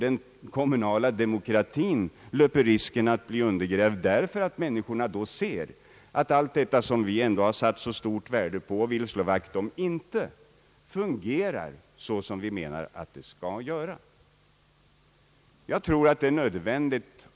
Den kommunala, demokratin löper risken att bli undergrävd för att människorna då ser att allt detta som vi ändå satt så stort värde på och slagit vakt om inte fungerar så som vi vill att det skall göra.